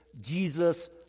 Jesus